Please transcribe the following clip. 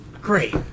Great